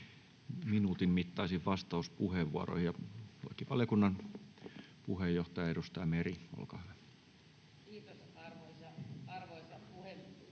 minuutin mittaisiin vastauspuheenvuoroihin. — Valiokunnan puheenjohtaja, edustaja Meri, olkaa hyvä. [Speech